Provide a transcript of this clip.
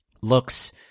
looks